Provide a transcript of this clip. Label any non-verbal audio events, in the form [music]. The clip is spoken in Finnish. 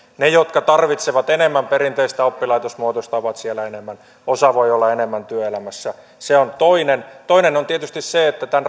ne jotka tarvitsevat enemmän perinteistä oppilaitosmuotoista ovat siellä enemmän osa voi olla enemmän työelämässä se on toinen toinen on tietysti se että tämän [unintelligible]